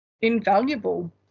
invaluable